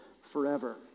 forever